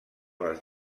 les